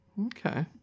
Okay